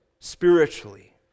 spiritually